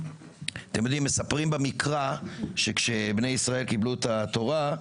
מספרים במקרא שכשבני ישראל קיבלו את התורה,